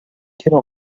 quelle